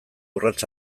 urrats